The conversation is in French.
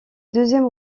deuxième